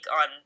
on